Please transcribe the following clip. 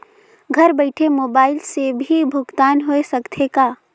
घर बइठे मोबाईल से भी भुगतान होय सकथे का?